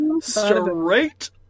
straight